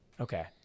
Okay